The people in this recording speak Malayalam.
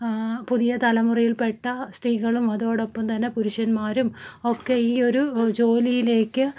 പുതിയ തലമുറയിൽപ്പെട്ട സ്ത്രീകളും അതോടൊപ്പം തന്നെ പുരുഷന്മാരും ഒക്കെ ഈ ഒരു ജോലിയിലേക്ക്